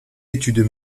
études